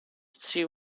she